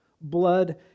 Blood